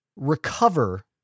recover